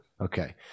Okay